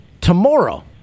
tomorrow